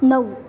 नऊ